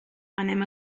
anem